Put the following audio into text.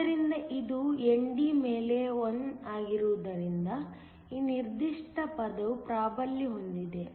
ಆದ್ದರಿಂದ ಇದು ND ಮೇಲೆ 1 ಆಗಿರುವುದರಿಂದ ಈ ನಿರ್ದಿಷ್ಟ ಪದವು ಪ್ರಾಬಲ್ಯ ಹೊಂದಿದೆ